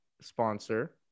sponsor